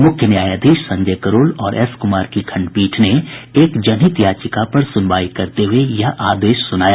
मुख्य न्यायाधीश संजय करोल और एस कुमार की खंडपीठ ने एक जनहित याचिका पर सुनवाई करते हुए यह आदेश सुनाया